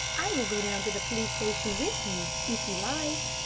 i will go down to the police station with you, if you like.